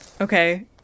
Okay